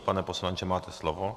Pane poslanče, máte slovo.